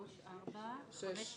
4 נגד,